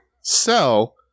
sell